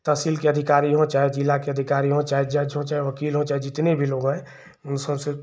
तहसील के अधिकारी हों चाहे जिला के अधिकारी हों चाहे जज हों चाहे वकील हों चाहे जितने भी लोग हैं उन सबसे